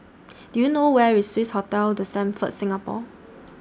Do YOU know Where IS Swissotel The Stamford Singapore